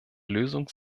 lösung